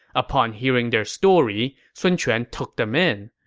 upon hearing their story, sun quan took them in.